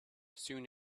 soon